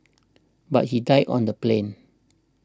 but he died on the plane